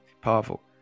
Powerful